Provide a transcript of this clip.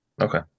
Okay